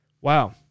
Wow